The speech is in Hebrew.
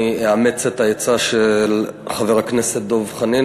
אני אאמץ את העצה של חבר הכנסת דב חנין